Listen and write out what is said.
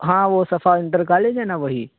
ہاں وہ صفا انٹر کالج ہے نا وہی